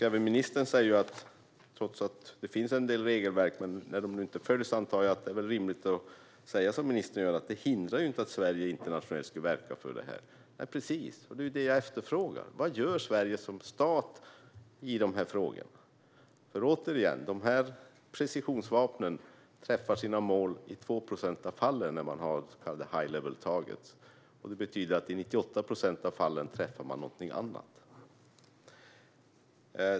Även ministern säger ju att det finns en del regelverk, men när de nu inte följs antar jag att det är rimligt att säga som ministern gör, nämligen att det inte hindrar att Sverige internationellt skulle verka för det här. Precis, det är ju det jag efterfrågar. Vad gör Sverige som stat i de här frågorna? Återigen: Precisionsvapnen träffar sina mål i 2 procent av fallen när man har så kallade high level targets. Det betyder att i 98 procent av fallen träffar man någonting annat.